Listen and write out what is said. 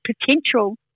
potential